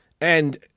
and-